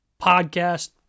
podcast